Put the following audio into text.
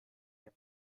der